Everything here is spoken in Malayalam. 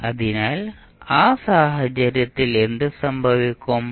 അതിനാൽ ആ സാഹചര്യത്തിൽ എന്ത് സംഭവിക്കും